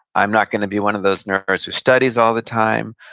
i'm not gonna be one of those nerds who studies all the time.